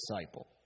disciple